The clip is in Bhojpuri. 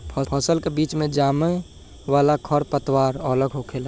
फसल के बीच मे जामे वाला खर पतवार अलग होखेला